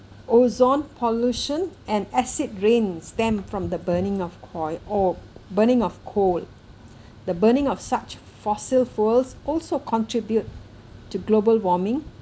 ozone pollution and acid rains them from the burning of coil or burning of coal the burning of such fossil fuels also contribute to global warming